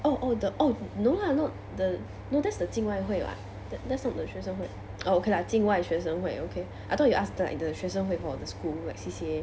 oh oh the oh no lah not the no that's the 竞卖会 [what] that that's not the 学生会 oh okay lah 境外学生会 okay I thought you ask like the 学生会 for the school like C_C_A